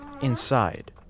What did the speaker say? Inside